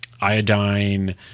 iodine